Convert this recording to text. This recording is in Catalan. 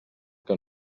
que